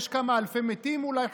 יש כמה אלפי מתים אולי,